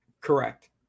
Correct